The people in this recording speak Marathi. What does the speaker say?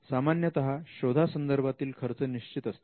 सामान्यतः शोध संदर्भातील खर्च निश्चित असतात